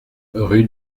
rue